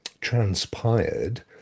transpired